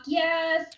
yes